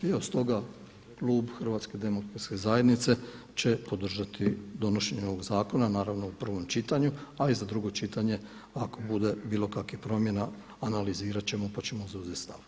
I evo stoga klub HDZ-a će podržati donošenje ovog zakona naravno u prvom čitanju a i za drugo čitanje ako bude bilo kakvih promjena analizirati ćemo pa ćemo zauzeti stav.